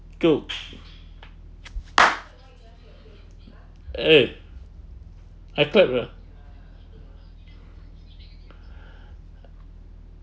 two eh I clapped [what]